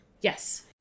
Yes